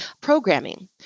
programming